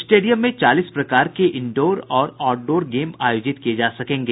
stadium में चालीस प्रकार के इंडोर और आउटडोर गेम आयोजित किये जा सकेंगे